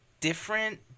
different